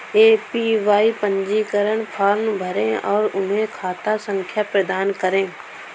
APY पंजीकरण form भरें और उन्हें खाता संख्या प्रदान करें